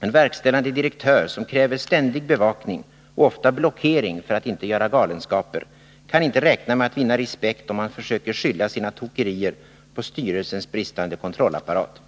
en verkställande direktör, som kräver ständig bevakning och ofta blockering för att inte göra galenskaper, kan inte räkna med att vinna respekt om han försöker skylla sina tokerier på styrelsens bristande kontrollapparat.